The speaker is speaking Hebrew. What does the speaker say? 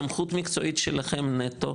סמכות מקצועית שלכם נטו.